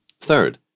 Third